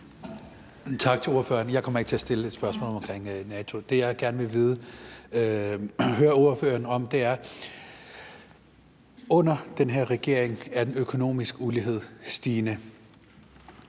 Tak til ordføreren. Jeg kommer ikke til at stille et spørgsmål omkring NATO. Det, jeg gerne vil høre ordføreren om, handler om: Under den her regering er den økonomiske ulighed stigende,